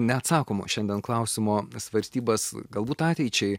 neatsakomo šiandien klausimo svarstybas galbūt ateičiai